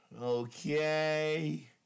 Okay